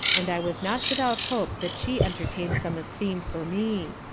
and i was not without hope that she entertain'd some esteem for me.